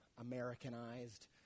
Americanized